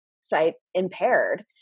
sight-impaired